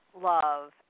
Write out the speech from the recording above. love